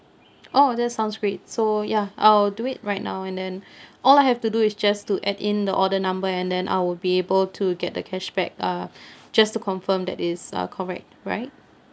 oh that sounds great so ya I'll do it right now and then all I have to do is just to add in the order number and then I would be able to get the cashback uh just to confirm that is uh correct right